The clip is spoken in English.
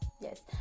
Yes